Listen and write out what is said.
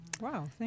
wow